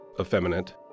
effeminate